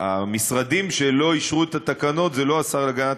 המשרדים שלא אישרו את התקנות זה לא השר להגנת